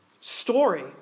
story